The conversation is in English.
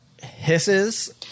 hisses